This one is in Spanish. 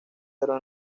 pero